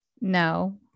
No